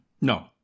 no